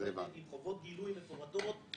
עם חובות גילוי מפורטות,